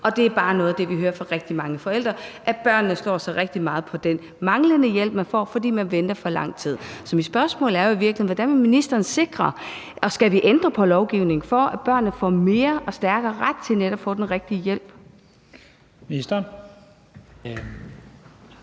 Og det er bare noget af det, vi hører fra rigtig mange forældre: at børnene bliver ramt rigtig hårdt af, at de mangler hjælp, fordi man venter for lang tid. Så mit spørgsmål er jo i virkeligheden: Hvordan vil ministeren sikre, at børnene får mere ret til netop at få den rigtige hjælp,